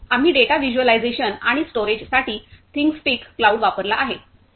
आम्ही data visualisation आणि स्टोरेजसाठी थिंगस्पीक क्लाऊड वापरला आहे